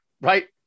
right